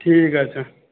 ঠিক আছে